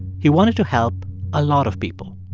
he wanted to help a lot of people.